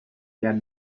their